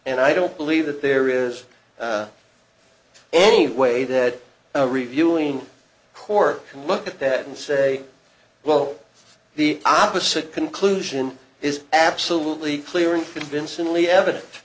and i don't believe that there is any way that reviewing corps can look at that and say well the opposite conclusion is absolutely clear and convincingly evidence